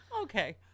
Okay